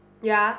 ya